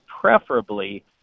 preferably